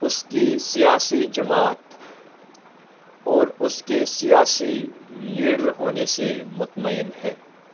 اس کی سیاسی جماعت اور اس کے سیاسی لیڈر ہونے سے مطمئن ہیں